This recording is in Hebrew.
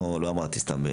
לא אמרתי סתם.